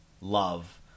love